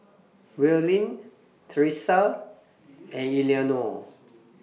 Willene Thresa and Eleonore